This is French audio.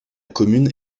commune